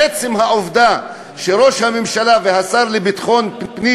עצם העובדה שראש הממשלה והשר לביטחון פנים